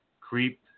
creep